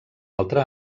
altra